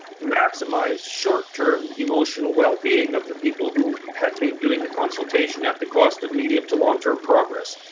maximize short-term emotional well-being of the people who had been doing the consultation at the cost of medium to long term progress.